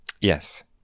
Yes